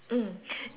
mm